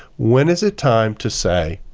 when is it time to say,